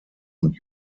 und